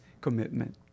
commitment